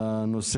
איתו.